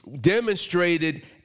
demonstrated